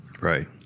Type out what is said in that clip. Right